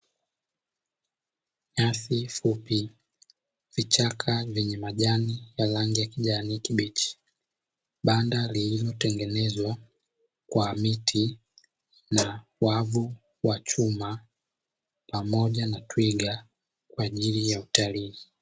Nyasi fupi, vichaka vyenye majani ya rangi ya kijani kibichi. Banda lililotengenezwa kwa miti, na wavu wa chuma, pamoja na twiga kwa ajili ya utalii.